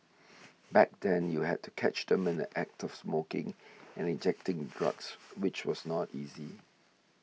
back then you have to catch them in the Act of smoking and injecting the drugs which was not easy